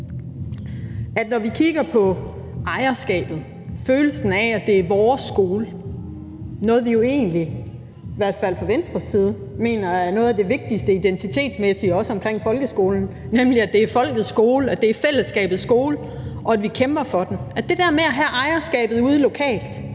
Når vi kigger på ejerskabet, følelsen af, at det er vores skole, noget, vi egentlig – i hvert fald fra Venstres side – mener er noget af det vigtigste identitetsmæssige også i forhold til folkeskolen, nemlig at det er folkets skole, at det er fællesskabets skole, og at vi kæmper for den; altså det der med at have ejerskabet ude lokalt